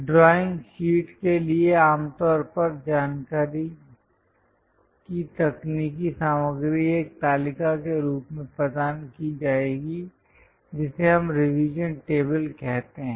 drawing sheet के लिए आमतौर पर जानकारी की तकनीकी सामग्री एक तालिका के रूप में प्रदान की जाएगी जिसे हम रिवीजन टेबल कहते हैं